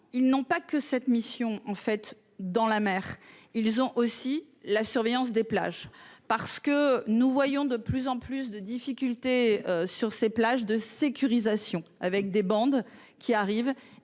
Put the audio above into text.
ils n'ont pas que cette mission en fait dans la mer, ils ont aussi la surveillance des plages parce que nous voyons de plus en plus de difficultés sur ces plages de sécurisation avec des bandes qui arrive